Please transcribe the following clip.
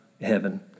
heaven